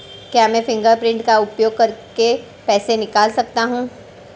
क्या मैं फ़िंगरप्रिंट का उपयोग करके पैसे निकाल सकता हूँ?